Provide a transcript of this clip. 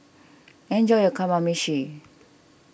enjoy your Kamameshi